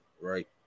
right